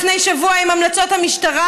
לפני שבוע עם המלצות המשטרה,